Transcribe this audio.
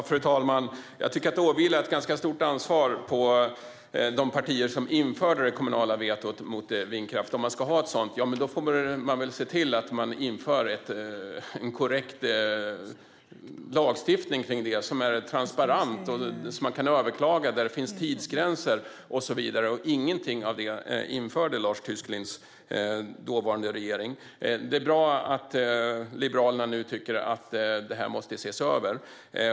Fru talman! Jag tycker att ett ganska stort ansvar åvilar de partier som införde det kommunala vetot mot vindkraft. Om man ska ha ett sådant får man se till att man inför en korrekt lagstiftning som är transparent, som kan överklagas, där det finns tidsgränser och så vidare. Ingenting av det införde Lars Tysklinds dåvarande regering. Det är bra att Liberalerna nu tycker att detta måste ses över.